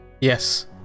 yes